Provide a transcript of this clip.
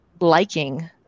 liking